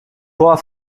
hoher